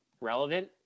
relevant